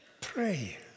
Pray